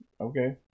Okay